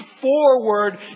forward